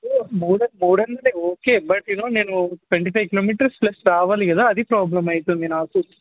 board board అన్నది okay but you know నేను twenty five kilometres plus రావాలి కదా అది ప్రాబ్లమ్ అవుతుంది నాకు